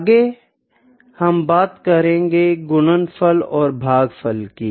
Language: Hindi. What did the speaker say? आगे हम बात करेंगे गुणनफल और भागफल की